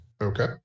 Okay